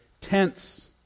tents